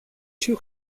two